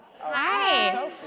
Hi